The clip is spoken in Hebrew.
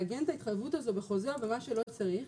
לעגן את ההתחייבות הזו בחוזה או במה שלא צריך,